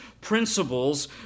principles